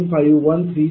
54 °आहे